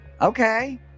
Okay